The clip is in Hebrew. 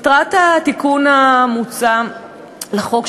מטרת התיקון המוצע לחוק,